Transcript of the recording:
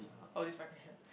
oh this my question